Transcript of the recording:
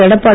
Edappadi